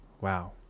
Wow